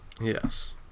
Yes